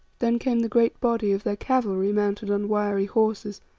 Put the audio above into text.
then came the great body of their cavalry mounted on wiry horses,